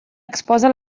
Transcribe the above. exposa